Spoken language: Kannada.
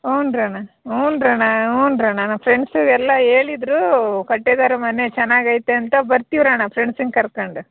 ಹ್ಞೂನಣ್ಣ ಊನಣ್ಣ ಹ್ಞೂನಣ್ಣ ನಮ್ಮ ಫ್ರೆಂಡ್ಸು ಎಲ್ಲ ಹೇಳಿದ್ರು ಕಟ್ಟೆಗಾರರ ಮನೆ ಚೆನ್ನಾಗೈತೆ ಅಂತ ಬರ್ತೀವಣ್ಣ ಫ್ರೆಂಡ್ಸಿನ್ನು ಕರ್ಕೊಂಡು